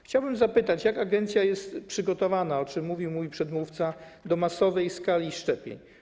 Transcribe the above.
Chciałbym zapytać: Jak agencja jest przygotowana, o czym mówił mój przedmówca, do masowej skali szczepień?